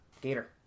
Gator